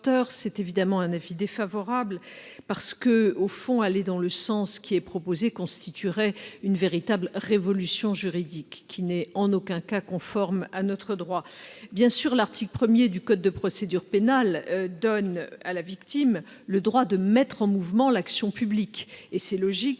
est évidemment défavorable. Aller dans le sens proposé constituerait une véritable révolution juridique, qui n'est en aucun cas conforme à notre droit. L'article 1 du code de procédure pénale donne à la victime le droit de mettre en mouvement l'action publique, ce qui est logique